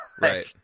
Right